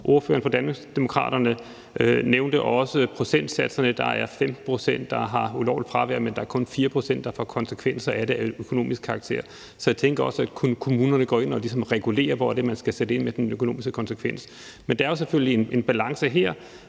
Ordføreren for Danmarksdemokraterne nævnte også procentsatserne; der er 5 pct., der har ulovligt fravær, men der er kun 4 pct., der får konsekvenser af det af økonomisk karakter. Så jeg tænker også, at kommunerne kunne gå ind og ligesom regulere, hvor det er, man skal sætte ind med den økonomiske konsekvens. Men det er jo selvfølgelig en balancegang her.